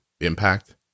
impact